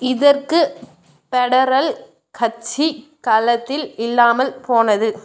இதற்கு பெடரல் கட்சி களத்தில் இல்லாமல் போனது